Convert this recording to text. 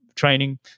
training